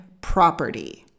property